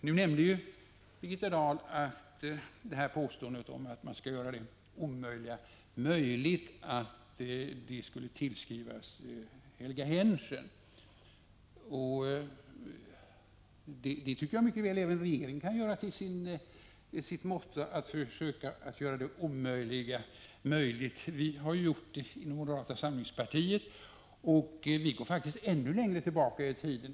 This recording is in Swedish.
Nu nämnde Birgitta Dahl att satsen att man skall göra det omöjliga möjligt skall tillskrivas Helga Henschen. Även regeringen kan mycket väl göra det till sitt motto att försöka göra det omöjliga möjligt. Inom moderata samlingspartiet har vi haft det länge. Man kan faktiskt gå ännu längre tillbaka i tiden.